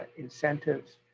incentives,